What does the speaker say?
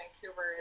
Vancouver